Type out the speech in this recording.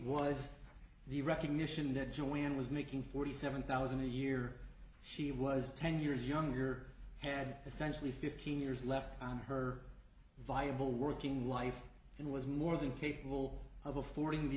was the recognition that joanne was making forty seven thousand a year she was ten years younger had essentially fifteen years left on her viable working life and was more than capable of affording the